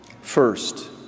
First